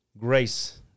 grace